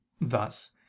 Thus